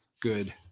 good